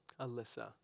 Alyssa